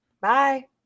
Bye